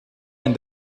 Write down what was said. and